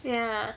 ya